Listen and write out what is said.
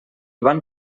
van